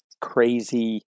crazy